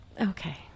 Okay